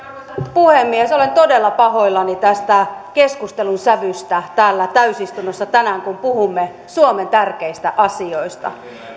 puhemies olen todella pahoillani tästä keskustelun sävystä täällä täysistunnossa tänään kun puhumme suomen tärkeistä asioista